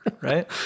right